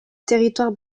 territoire